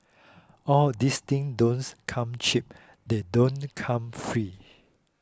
all these things don't come cheap they don't come free